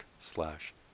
slash